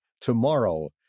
tomorrow